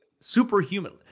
superhuman